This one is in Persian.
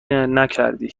نکردی